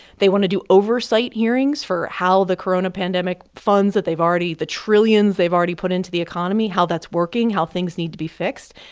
they want to do oversight hearings for how the corona pandemic funds that they've already the trillions they've already put into the economy, how that's working, how things need to be fixed.